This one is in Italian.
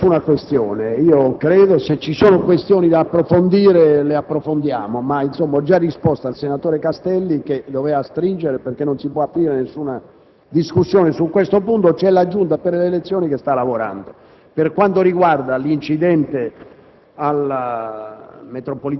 Senatore Boccia, non si apre alcuna questione. Se ci sono questioni da approfondire lo faremo, ma ho già risposto al senatore Castelli che doveva stringere perché non si può aprire nessuna discussione su questo punto; c'è la Giunta delle elezioni che sta lavorando. Per quanto riguarda l'incidente